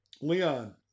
Leon